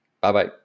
Bye-bye